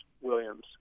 Williams